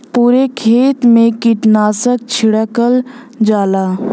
पुरे खेत मे कीटनाशक छिड़कल जाला